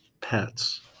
Pets